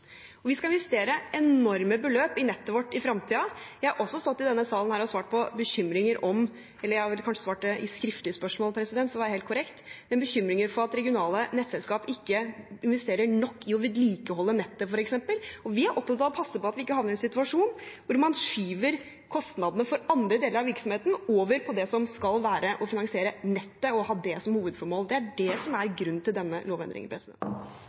Vi skal investere enorme beløp i nettet vårt i framtiden. Jeg har også i denne salen, eller for å være helt korrekt kanskje i svar på skriftlige spørsmål, svart på bekymringer om at regionale nettselskap ikke investerer nok i å vedlikeholde nettet, f.eks. Vi er opptatt av å passe på at vi ikke havner i en situasjon der man skyver kostnadene for andre deler av virksomheten over på det som skal være å finansiere nettet og ha det som hovedformål. Det er det som er grunnen til denne lovendringen.